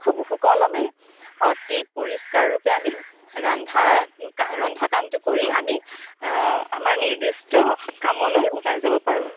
খুব সুকলমে অতি পৰিষ্কাৰৰূপে আমি ৰান্ধা ৰন্ধা কামটো কৰি আমি আমাৰ নিৰ্দিষ্ট কামলৈ ওলাই যাব পাৰোঁ